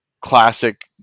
classic